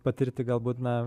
patirti galbūt na